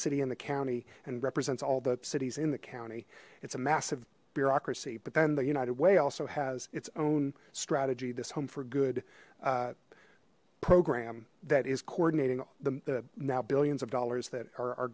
city in the county and represents all the cities in the county it's a massive bureaucracy but then the united way also has its own strategy this home for good program that is coordinating the now billions of dollars that are